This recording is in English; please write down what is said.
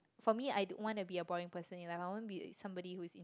for me I don't want to be a boring person in life I want to be somebody who is